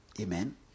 Amen